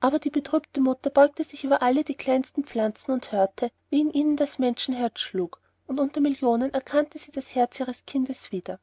aber die betrübte mutter beugte sich über alle die kleinsten pflanzen und hörte wie in ihnen das menschenherz schlug und unter millionen erkannte sie das herz ihres kindes wieder